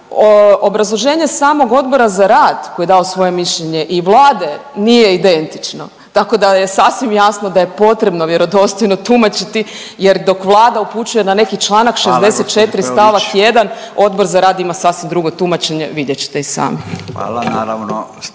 obrazloženje samog Odbora za rad i Vlade nije identično. Tako da je sasvim jasno da je potrebno vjerodostojno tumačiti jer dok Vlada upućuje na neki Članak 64. stavak 1. …/Upadica: Hvala gospođo Peović./… Odbor za rad ima sasvim drugo tumačenje, vidjet ćete i sami.